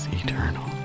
eternal